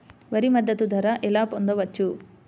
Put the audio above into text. వరి మద్దతు ధర ఎలా పొందవచ్చు?